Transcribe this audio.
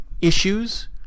issues